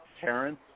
Terrence